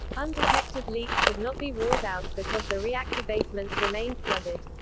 undetected leaks could not be ruled out, because the reactor basements remained flooded.